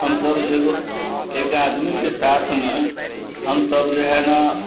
हमसब एगो एकटा आदमीके साथमे हमसब जे हइ ने